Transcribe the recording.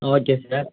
okay sir